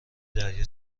دریا